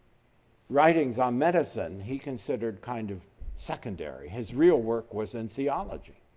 writings on medicine, he considered kind of secondary. his real work was in theology,